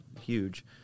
huge